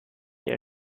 eher